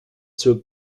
zur